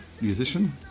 Musician